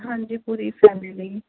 ਹਾਂਜੀ ਪੂਰੀ ਫੈਮਿਲੀ ਲਈ